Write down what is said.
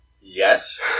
yes